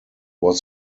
was